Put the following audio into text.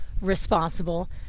responsible